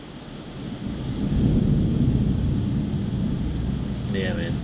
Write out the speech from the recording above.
oh ya man